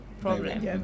problem